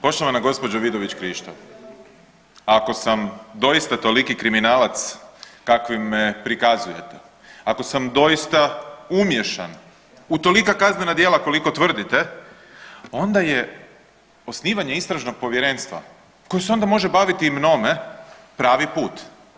Poštovana gospođo Vidović Krišto, ako sam doista toliki kriminalac kakvim me prikazujete, ako sam doista umiješan u tolika kaznena djela koliko tvrdite onda je osnivanje istražnog povjerenstva koje se onda može baviti i mnome, pravi put.